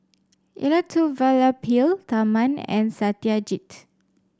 Elattuvalapil Tharman and Satyajit